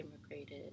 immigrated